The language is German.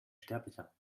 sterblicher